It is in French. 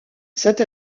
cette